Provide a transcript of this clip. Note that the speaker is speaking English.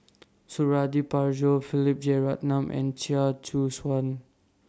Suradi Parjo Philip Jeyaretnam and Chia Choo Suan